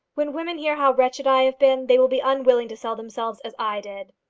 when women hear how wretched i have been they will be unwilling to sell themselves as i did.